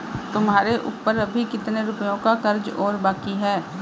तुम्हारे ऊपर अभी कितने रुपयों का कर्ज और बाकी है?